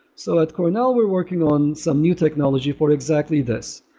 so at cornell, we're working on some new technology for exactly this.